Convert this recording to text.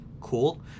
Cool